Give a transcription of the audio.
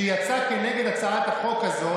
שיצא כנגד הצעת החוק הזאת,